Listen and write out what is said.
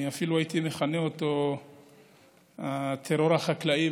אני אפילו הייתי מכנה אותו הטרור החקלאי,